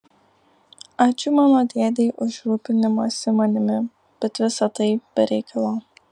ačiū mano dėdei už rūpinimąsi manimi bet visa tai be reikalo